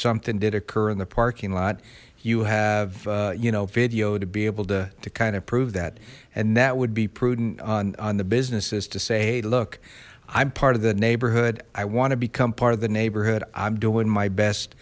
something did occur in the parking lot you have you know video to be able to to kind of prove that and that would be prudent on the businesses to say hey look i'm part of the neighborhood i want to become part of the neighborhood i'm doing my best